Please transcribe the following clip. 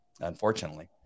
unfortunately